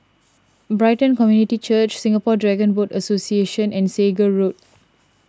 Brighton Community Church Singapore Dragon Boat Association and Segar Road